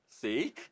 See